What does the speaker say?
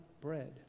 bread